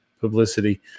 publicity